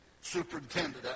superintendent